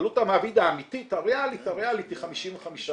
שעלות המעביד האמיתית הריאלית היא 55%,